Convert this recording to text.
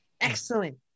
Excellent